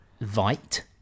Vite